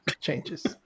Changes